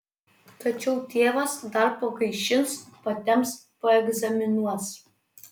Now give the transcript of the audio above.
tačiau tėvas dar pagaišins patemps paegzaminuos